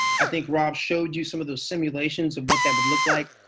i think rob showed you some of those simulations of what that would look like,